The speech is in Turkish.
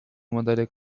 madalya